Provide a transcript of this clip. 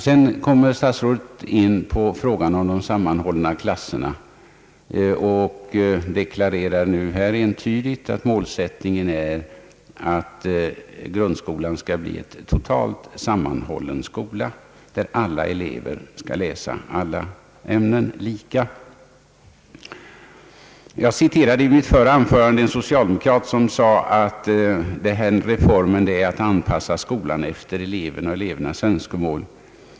Sedan kom statsrådet in på frågan om de sammanhållna klasserna och deklarerade entydigt att målsättningen är att grundskolan skall bli en totalt sammanhållen skola, där eleverna skall läsa alla ämnen lika. Jag citerade i mitt förra anförande en socialdemokrat, som sade att reformen innebär att skolan anpassas efter eleverna och deras önskemål.